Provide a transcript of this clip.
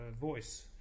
voice